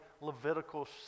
Levitical